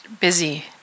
busy